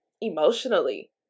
emotionally